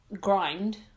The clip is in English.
grind